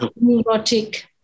neurotic